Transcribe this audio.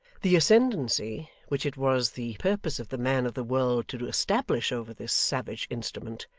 the ascendency which it was the purpose of the man of the world to establish over this savage instrument,